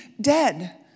dead